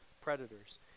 predators